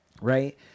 right